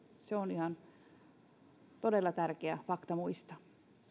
se on todella ihan tärkeä fakta muistaa